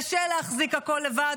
קשה להחזיק הכול לבד.